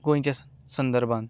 गोंयच्या संदर्भान